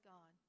God